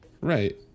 Right